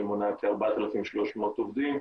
שמונה כ-4,300 עובדים,